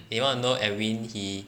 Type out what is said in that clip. and you want to know edwin he